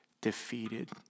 defeated